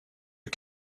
you